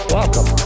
Welcome